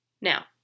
Now